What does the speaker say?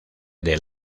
del